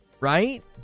right